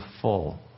full